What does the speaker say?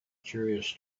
curious